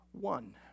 one